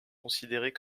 considérés